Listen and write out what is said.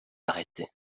arrêtait